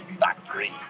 Factory